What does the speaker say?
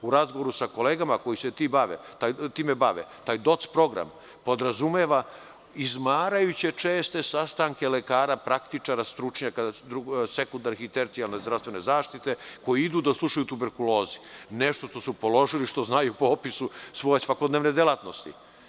U razgovoru sa kolegama koji se time bave, taj doc program podrazumeva izmarajuće česte sastanke lekara praktičara, stručnjaka, sekundarne i tercijarne zdravstvene zaštite, koji idu da slušaju o tuberkulozi, nešto što su položili, što znaju po opisu svoje svakodnevne delatnosti.